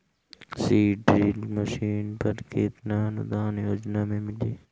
Seed drill machine पर केतना अनुदान योजना में मिली?